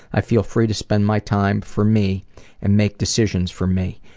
i feel free to spend my time for me and make decisions for me.